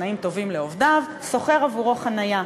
תנאים טובים לעובדיו שוכר עבורם חניה,